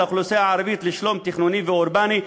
האוכלוסייה הערבית לשלום תכנוני ואורבני,